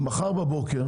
מחר בבוקר